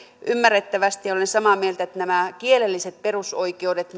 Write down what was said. ymmärrettävästi huolissaan olen samaa mieltä että nämä kielelliset perusoikeudet